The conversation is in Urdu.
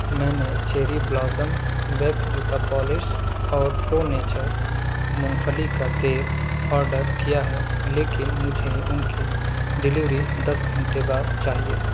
میں نے چیری بلاسم ویکس جوتا پالش اور پرو نیچر مونگ پھلی کا تیل آرڈر کیا ہے لیکن مجھے اُن کی ڈیلیوری دس گھنٹے بعد چاہیے